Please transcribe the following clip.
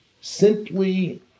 simply